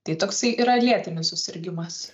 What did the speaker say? tai toksai yra lėtinis susirgimas